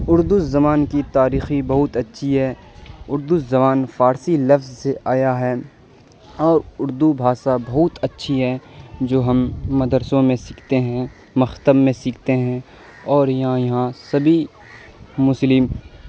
اردو زبان کی تاریخی بہت اچھی ہے اردو زبان فارسی لفظ سے آیا ہے اور اردو بھاشا بہت اچھی ہے جو ہم مدرسوں میں سیکھتے ہیں مکتب میں سیکھتے ہیں اور یہاں یہاں سبھی مسلم